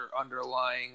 underlying